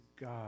God